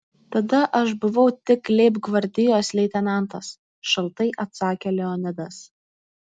tada aš buvau tik leibgvardijos leitenantas šaltai atsakė leonidas